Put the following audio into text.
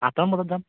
আঠটামান বজাত যাম